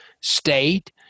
State